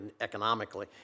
economically